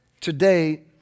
today